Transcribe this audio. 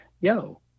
yo